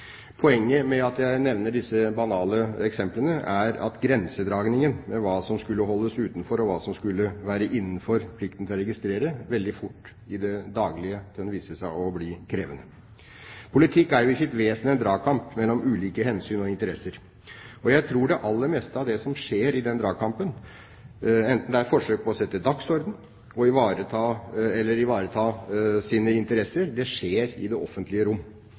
Poenget med at jeg nevner disse banale eksemplene, er at grensedragningen mellom hva som skulle holdes utenfor, og hva som skulle være innenfor plikten til å registrere, veldig fort – i det daglige – kunne vise seg å bli krevende. Politikk er jo i sitt vesen en dragkamp mellom ulike hensyn og interesser, og jeg tror det aller meste av det som skjer i den dragkampen – enten det er forsøk på å sette dagsorden eller å ivareta sine interesser – skjer i det offentlige rom,